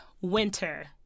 winter